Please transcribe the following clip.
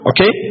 Okay